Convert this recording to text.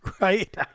right